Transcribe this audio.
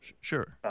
Sure